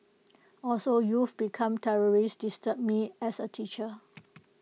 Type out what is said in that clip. also youth become terrorists disturb me as A teacher